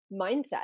mindset